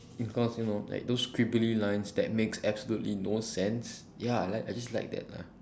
because you know like those squiggly lines that makes absolutely no sense ya I like I just like that lah